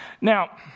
Now